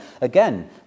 Again